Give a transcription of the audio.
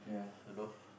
you know